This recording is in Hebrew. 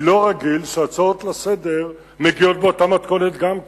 אני לא רגיל שהצעות לסדר-היום מגיעות באותה מתכונת גם כן.